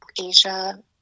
Asia